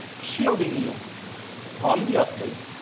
shielding you from the updates,